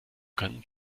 können